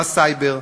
בסייבר,